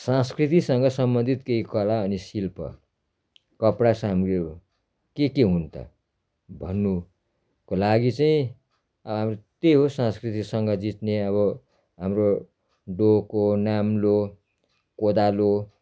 संस्कृतिसँग सम्बन्धित केही कला अनि शिल्प कपडा साम्यु के के हुन् त भन्नुको लागि चाहिँ त्यही हो संस्कृतिसँग जित्ने अब हाम्रो डोको नाम्लो कोदालो